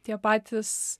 tie patys